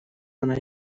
она